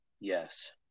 yes